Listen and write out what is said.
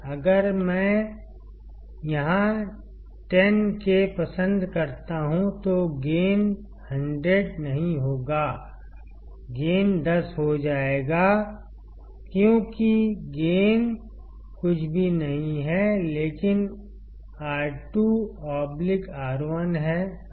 अगर मैं यहां 10K पसंद करता हूं तो गेन 100 नहीं होगा गेन 10 हो जाएगा क्योंकि गेन कुछ भी नहीं है लेकिन R2 R1